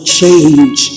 change